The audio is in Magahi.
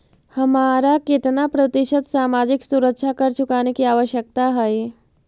हमारा केतना प्रतिशत सामाजिक सुरक्षा कर चुकाने की आवश्यकता हई